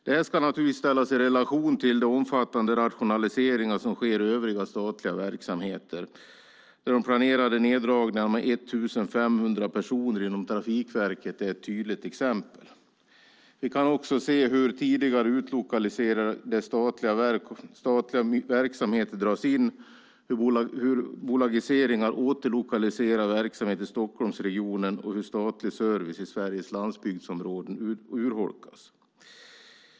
Det ska naturligtvis ställas i relation till de omfattande rationaliseringar som sker i övriga statliga verksamheter. De planerade neddragningarna med 1 500 personer inom Trafikverket är ett tydligt exempel. Tidigare utlokaliserade statliga verksamheter dras in och bolagiseringar återlokaliserar verksamhet till Stockholmsregionen, och statlig service i Sveriges landsbygdsområden urholkas.